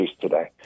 today